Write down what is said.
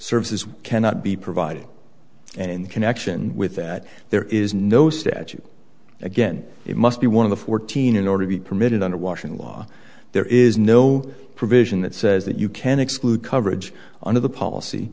services cannot be provided and in connection with that there is no statute again it must be one of the fourteen in order to be permitted under washington law there is no provision that says that you can exclude coverage on of the policy